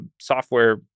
software